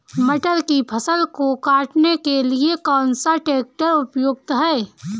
मटर की फसल को काटने के लिए कौन सा ट्रैक्टर उपयुक्त है?